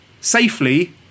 safely